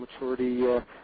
maturity